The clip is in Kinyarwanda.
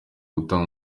gutanga